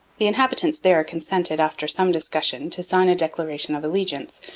the inhabitants there consented, after some discussion, to sign a declaration of allegiance,